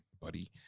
buddy